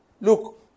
Look